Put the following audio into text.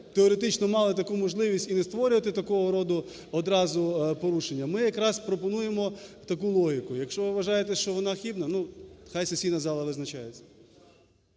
теоретично мали таку можливість і не створювати такого роду одразу порушення, ми якраз пропонуємо таку логіку. Якщо ви вважаєте, що вона хибна, ну, хай сесійна зала визначається.